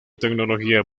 tecnología